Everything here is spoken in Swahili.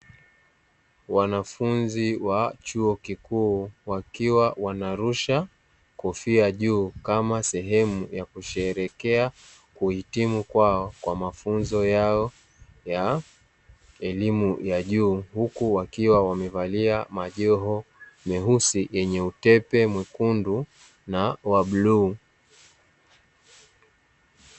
Wanafunzi wa chuo kikuu, wakiwa wanarusha kofia juu, kama sehemu ya kusheherekea kuhitimu kwao kwa mafunzo yao ya elimu ya juu. Huku wakiwa wamevalia majoho meusi yenye utepe mwekundu na bluu.